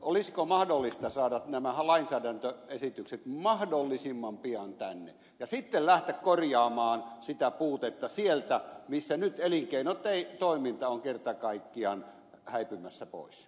olisiko mahdollista saada nämä lainsäädäntöesitykset mahdollisimman pian tänne ja sitten lähteä korjaamaan sitä puutetta sieltä missä nyt elinkeinotoiminta on kerta kaikkiaan häipymässä pois